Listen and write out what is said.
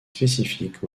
spécifiques